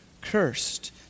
cursed